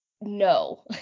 no